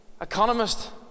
economist